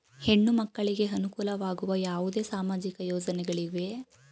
ಹೆಣ್ಣು ಮಕ್ಕಳಿಗೆ ಅನುಕೂಲವಾಗುವ ಯಾವುದೇ ಸಾಮಾಜಿಕ ಯೋಜನೆಗಳಿವೆಯೇ?